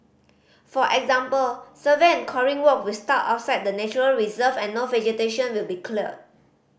for example survey and coring work will start outside the nature reserve and no vegetation will be cleared